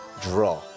draw